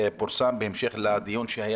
סעדי.